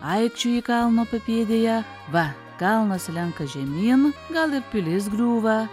aikčioji kalno papėdėje va kalnas slenka žemyn gal ir pilis griūva